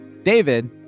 David